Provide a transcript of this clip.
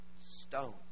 stone